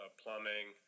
plumbing